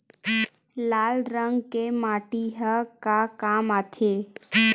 लाल रंग के माटी ह का काम आथे?